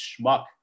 schmuck